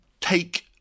Take